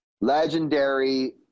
legendary